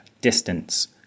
distance